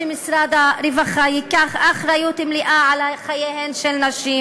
שמשרד הרווחה ייקח אחריות מלאה לחייהן של נשים.